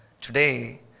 Today